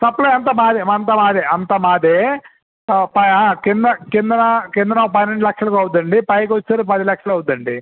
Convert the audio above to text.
supply అంతా మాదే అంతా మాదే అంతా మాదే క్రింద క్రింద క్రిందన ఒక పన్నెండు లక్షలకు అవుతుందండి పైకి వచ్చేసరికి పది లక్షలు అవుతుందండీ